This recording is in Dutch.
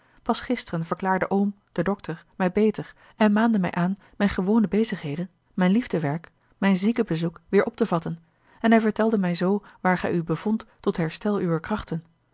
pas gisteren verklaarde oom de dokter mij beter en maande mij aan mijne gewone bezigheden mijn liefdewerk mijn ziekenbezoek weêr op te vatten en hij vertelde mij zoo waar gij u bevondt tot herstel uwer krachten